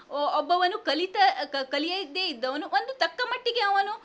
ಒ ಒಬ್ಬನು ಕಲಿತ ಕಲಿಯದೇ ಇದ್ದವನು ಒಂದು ತಕ್ಕ ಮಟ್ಟಿಗೆ ಅವನು